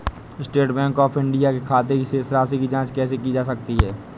State Bank of India के खाते की शेष राशि की जॉंच कैसे की जा सकती है?